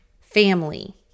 family